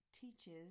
teaches